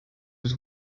was